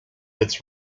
its